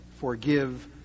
forgive